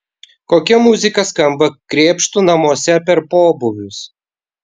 kokia muzika skamba krėpštų namuose per pobūvius